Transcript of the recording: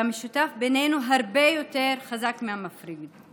המשותף בינינו הרבה יותר חזק מהמפריד.